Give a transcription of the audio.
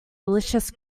delicious